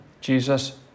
Jesus